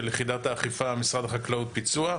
של יחידת האכיפה, משרד החקלאות, פיצוח.